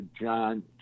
John